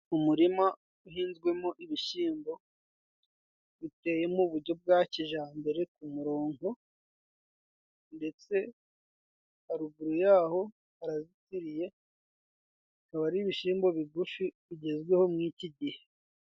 Umurima uhinzwemo ibishyimbo, biteye mu uburyo bwa kijyambere ku murongo, ndetse haruguru yaho harazitiriye, bikaba ari ibishyimbo bigufi, bigezweho muri iki gihe.